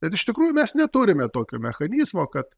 bet iš tikrųjų mes neturime tokio mechanizmo kad